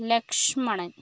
Lakshmanan